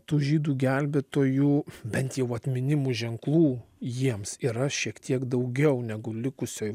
tų žydų gelbėtojų bent jau atminimų ženklų jiems yra šiek tiek daugiau negu likusioj